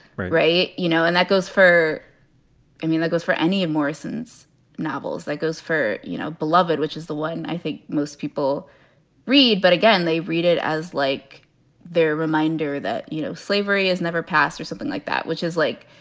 right. you know, and that goes for i mean, that goes for any of morrison's novels. that goes for, you know, beloved, which is the one i think most people read. but again, they read it as like their reminder that, you know, slavery is never passed or something like that, which is like,